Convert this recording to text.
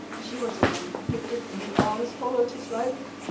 she was the one who picked it and he always followed his wife,